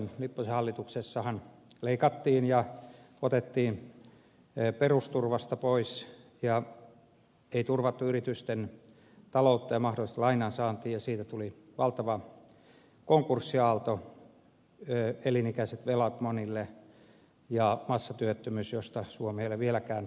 lipposen hallituksessahan leikattiin ja otettiin perusturvasta pois ei turvattu yritysten taloutta ja mahdollista lainansaantia ja siitä tuli valtava konkurssiaalto elinikäiset velat monille ja massatyöttömyys josta suomi ei ole vieläkään selvinnyt